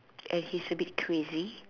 and he's a bit crazy